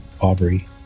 Aubrey